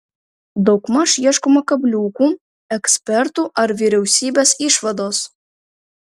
daugmaž ieškoma kabliukų ekspertų ar vyriausybės išvados